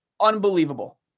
unbelievable